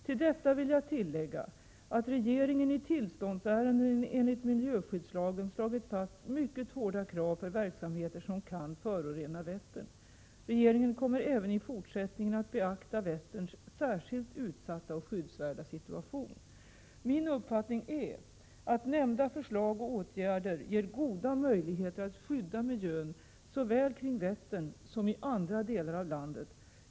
Till detta vill jag tillägga att regeringen i tillståndsärenden enligt miljöskyddslagen slagit fast mycket hårda krav för verksamheter som kan förorena Vättern. Regerinen kommer även i fortsättningen att beakta Vätterns särskilt utsatta och skyddsvärda situation. Min uppfattning är att nämnda förslag och åtgärder ger goda möjligheter att skydda miljön såväl kring Vättern som i andra delar av landet.